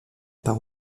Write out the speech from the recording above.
par